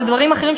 על דברים אחרים,